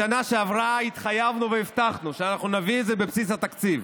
בשנה שעברה התחייבנו והבטחנו שנביא את זה בבסיס התקציב,